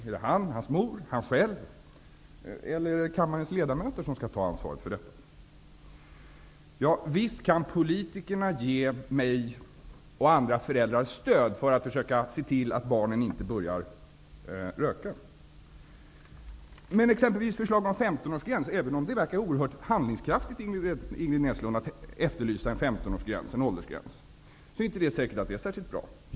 Är det jag, han själv, hans mor eller kammarens ledamöter som skall ta ansvaret för detta? Visst kan politikerna ge mig och andra föräldrar stöd för att försöka tillse att barnen inte börjar röka. Men jag tror exempelvis inte att förslaget om en 15-årsgräns är särskilt bra, även om det verkar oerhört handlingskraftigt, Ingrid Näslund, att efterlysa en åldersgräns.